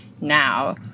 now